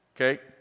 Okay